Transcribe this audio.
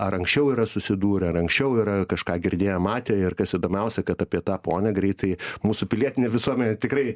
ar anksčiau yra susidūrę ar anksčiau yra kažką girdėję matę ir kas įdomiausia kad apie tą ponią greitai mūsų pilietinė visuomenė tikrai